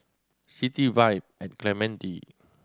City Vibe at Clementi